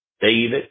David